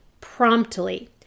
promptly